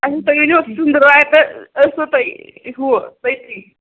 اچھا تُہۍ ؤنِو ژٔنٛدٕرۍ وارِ دۄہ ٲسِوا تُہۍ ہُہ تٔتی